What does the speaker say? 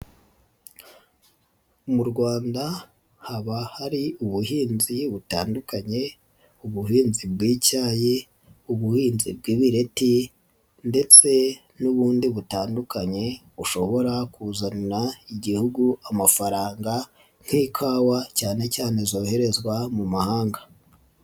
Mu Rwanda haba hari ubuhinzi butandukanye ubuhinzi bw'icyayi, ubuhinzi bw'ibireti ndetse n'ubundi butandukanye bushobora kuzanira Igihugu amafaranga nk'ikawa cyane cyane zoherezwa mu mahanga.